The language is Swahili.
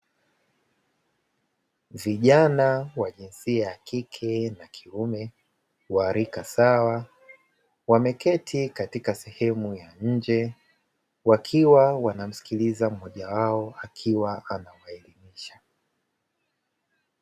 Vijana wa jinsia ya kike na kiume, wa rika sawa, wameketi katika sehemu ya nje, wakiwa wanamsikiliza mmoja wao akiwa anawaelimisha.